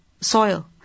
soil